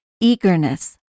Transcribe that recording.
eagerness